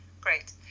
great